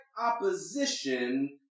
opposition